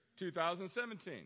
2017